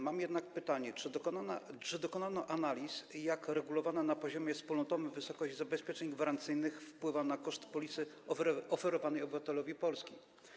Mam jednak pytanie, czy dokonano analiz, jak regulowana na poziomie wspólnotowym wysokość zabezpieczeń gwarancyjnych wpływa na koszt polisy oferowanej obywatelowi Polski.